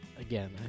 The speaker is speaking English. Again